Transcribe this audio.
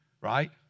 Right